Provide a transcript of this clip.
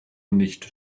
nicht